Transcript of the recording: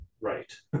right